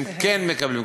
הם כן מקבלים.